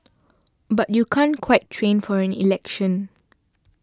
but you can't quite train for an election